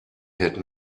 had